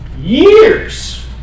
Years